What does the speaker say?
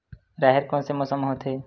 राहेर कोन से मौसम म होथे?